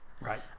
Right